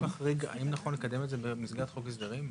רגע, האם נכון לקדם את זה במסגרת חוק ההסדרים?